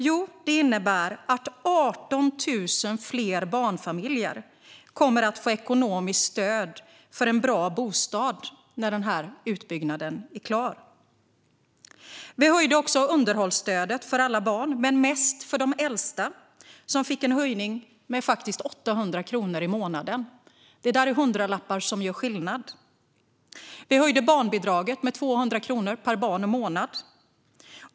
Jo, det innebär att 18 000 fler barnfamiljer kommer att få ekonomiskt stöd för en bra bostad när utbyggnaden är klar. Vi höjde också underhållsstödet för alla barn men mest för de äldsta, som fick en höjning med 800 kronor i månaden. Det är hundralappar som gör skillnad. Vi höjde barnbidraget med 200 kronor per barn och månad.